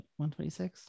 126